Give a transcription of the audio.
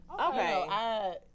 Okay